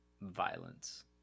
violence